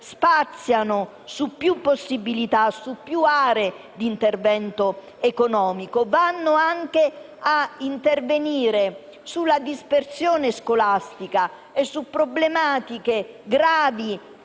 spaziano su più possibilità e su diverse aree di intervento economico. Intervengono anche sulla dispersione scolastica e su problematiche gravi,